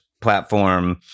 platform